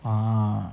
ah